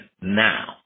Now